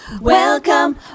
Welcome